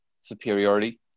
superiority